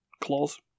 claws